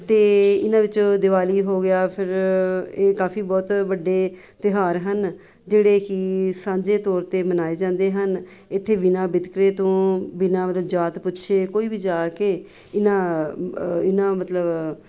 ਅਤੇ ਇਹਨਾਂ ਵਿੱਚੋਂ ਦੀਵਾਲੀ ਹੋ ਗਿਆ ਫਿਰ ਇਹ ਕਾਫੀ ਬਹੁਤ ਵੱਡੇ ਤਿਉਹਾਰ ਹਨ ਜਿਹੜੇ ਕਿ ਸਾਂਝੇ ਤੌਰ 'ਤੇ ਮਨਾਏ ਜਾਂਦੇ ਹਨ ਇੱਥੇ ਬਿਨਾਂ ਵਿਤਕਰੇ ਤੋਂ ਬਿਨਾਂ ਮਤ ਜਾਤ ਪੁੱਛੇ ਕੋਈ ਵੀ ਜਾ ਕੇ ਇਹਨਾਂ ਇਹਨਾਂ ਮਤਲਬ